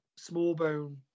Smallbone